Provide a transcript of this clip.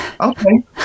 Okay